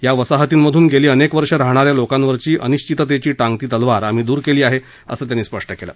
या वसाहतींमधून गेली अनेक वर्ष राहणाऱ्या लोकांवरची अनिश्विततेची टांगती तलवार आम्ही दूर केली आहे असं त्यांनी स्पष्ट केलं